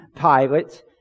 Pilate